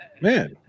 man